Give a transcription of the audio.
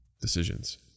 decisions